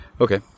Okay